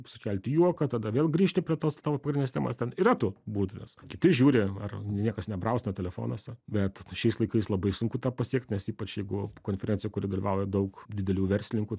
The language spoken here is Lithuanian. sukelti juoką tada vėl grįžti prie tos tavo pagrindinės temos ten yra tų būdų nes kiti žiūri ar niekas nebrausina telefonuose bet šiais laikais labai sunku tą pasiekt nes ypač jeigu konferencija kur dalyvauja daug didelių verslininkų